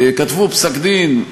כתבו פסק-דין,